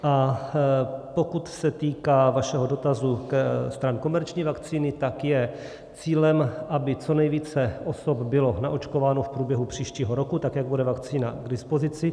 A pokud se týká vašeho dotazu stran komerční vakcíny, tak je cílem, aby co nejvíce osob bylo naočkováno v průběhu příštího roku, tak jak bude vakcína k dispozici.